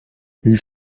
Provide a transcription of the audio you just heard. ils